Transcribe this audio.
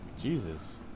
Jesus